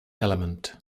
element